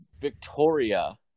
Victoria